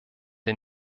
der